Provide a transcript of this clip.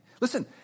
Listen